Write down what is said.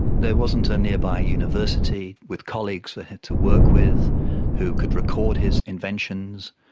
there wasn't a nearby university with colleagues for him to work with who could record his inventions,